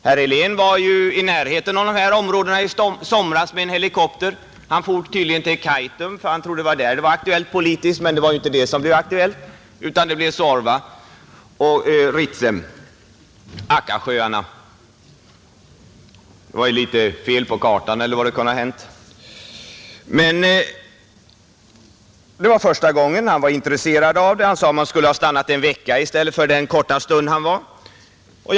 Herr Helén var ju i närheten av de här områdena i somras med en helikopter. Han for tydligen till Kaitum för han trodde att det var aktuellt politiskt, men det var inte detta som blev aktuellt utan Suorva, Ritsem och Akkasjöarna. Det var litet fel på kartan, eller vad som kunde ha hänt. Men det var första gången han var intresserad av detta, och han sade att man skulle ha stannat en vecka i stället för den korta stund han var där.